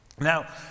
Now